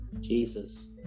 jesus